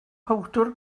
powdr